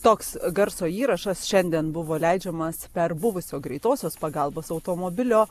toks garso įrašas šiandien buvo leidžiamas per buvusio greitosios pagalbos automobilio